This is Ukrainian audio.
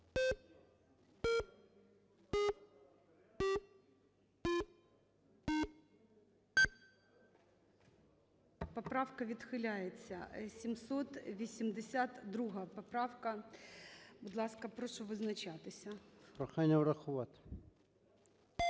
Поправка відхиляється. 782 поправка. Будь ласка, прошу визначатися. ЧЕРНЕНКО О.М. Прохання врахувати.